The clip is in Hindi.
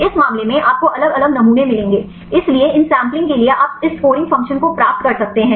इस मामले में आपको अलग अलग नमूने मिलेंगे इसलिए इन सैंपलिंग के लिए आप इस स्कोरिंग फंक्शन को प्राप्त कर सकते हैं